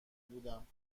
بودم